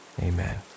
amen